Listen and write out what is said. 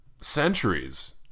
centuries